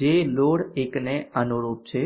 જે લોડ 1 ને અનુરૂપ છે